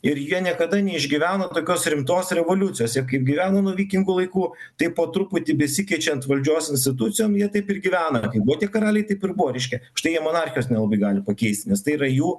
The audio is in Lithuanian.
ir jie niekada neišgyveno tokios rimtos revoliucijos jie kaip gyveno nuo vikingų laikų taip po truputį besikeičiant valdžios institucijom jie taip ir gyvena ir kaip buvo tie karaliai taip ir buvo reiškia štai jie monarchijos nelabai gali pakeisti nes tai yra jų